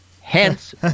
hence